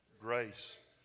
Grace